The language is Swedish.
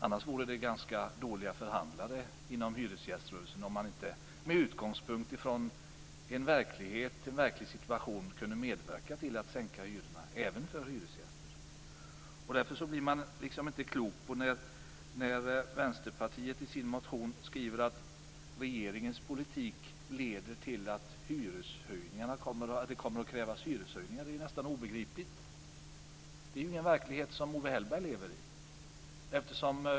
Annars vore det dåliga förhandlare inom hyresgäströrelsen, om de inte med utgångspunkt i verkligheten kunde medverka till att sänka hyrorna. Därför blir man inte riktigt klok på Vänsterpartiets motion. Där står det att regeringens politik leder till att det kommer att krävas hyreshöjningar. Det är nästan obegripligt. Owe Hellberg lever ju inte i verkligheten.